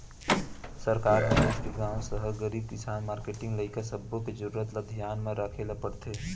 सरकार ह देस के गाँव, सहर, गरीब, किसान, मारकेटिंग, लइका सब्बो के जरूरत ल धियान म राखे ल परथे